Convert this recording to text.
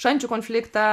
šančių konfliktą